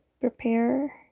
prepare